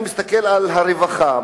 אני מסתכל על הרווחה,